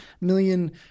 million